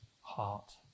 heart